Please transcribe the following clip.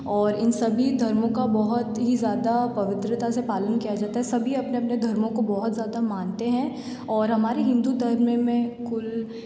और इन सभी धर्मों का बहुत ही ज़्यादा पवित्रता से पालन किया जाता है सभी अपने अपने धर्मों को बहुत ज़्यादा मानते हैं और हमारे हिन्दू धर्म में कुल